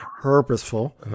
purposeful